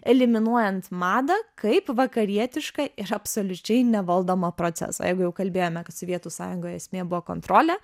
eliminuojant madą kaip vakarietišką ir absoliučiai nevaldomą procesą jeigu jau kalbėjome kad sovietų sąjungoj esmė buvo kontrolė